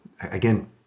again